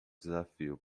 desafio